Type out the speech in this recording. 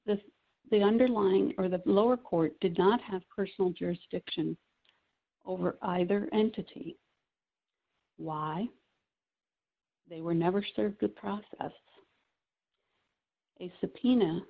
the the underlying or the lower court did not have personal jurisdiction over either entity why they were never served good process a subpoena